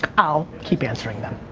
i'll keep answering them.